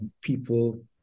people